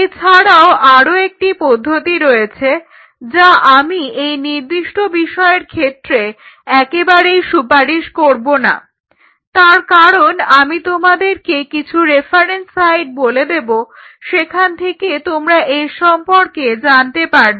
এছাড়াও আরও একটি পদ্ধতি রয়েছে যা আমি এই নির্দিষ্ট বিষয়ের ক্ষেত্রে একেবারেই সুপারিশ করব না তার কারণ আমি তোমাদেরকে কিছু রেফারেন্স সাইট বলে দেব সেখান থেকে তোমরা এর সম্পর্কে জানতে পারবে